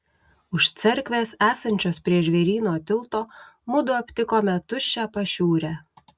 už cerkvės esančios prie žvėryno tilto mudu aptikome tuščią pašiūrę